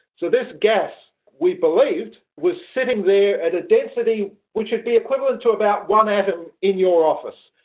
so this gas we believed was sitting there at a density which would be equivalent to about one atom in your office.